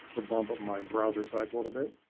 up um up my browser site a little bit.